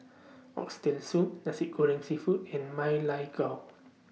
Oxtail Soup Nasi Goreng Seafood and Ma Lai Gao